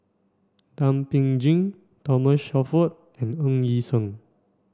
Thum Ping Tjin Thomas Shelford and Ng Yi Sheng